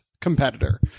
competitor